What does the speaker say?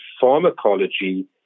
pharmacology